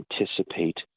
anticipate